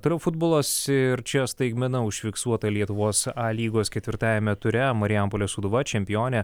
toliau futbolas ir čia staigmena užfiksuota lietuvos a lygos ketvirtajame ture marijampolės sūduva čempionė